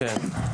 כן.